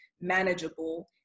manageable